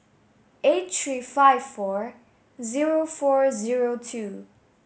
eight three five four zero four zero two